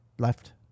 Left